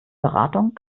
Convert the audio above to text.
beratung